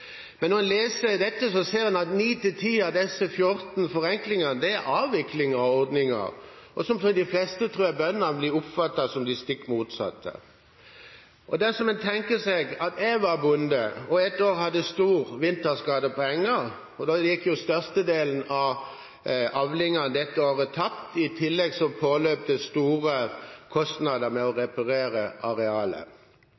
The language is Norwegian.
Når man leser dette, ser man at 9 til 10 av disse 14 forenklingstiltakene er avvikling av ordninger – og som jeg tror de fleste bønder vil oppfatte som det stikk motsatte. Hvis jeg var bonde og et år hadde stor vinterskade på engen, ville størstedelen av avlingen dette året gå tapt, i tillegg ville det påløpe store kostnader med å reparere arealet,